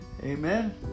Amen